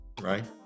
right